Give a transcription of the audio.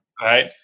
Right